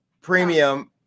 Premium –